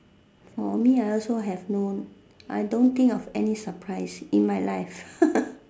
for me I also have no I don't think of any surprise in my life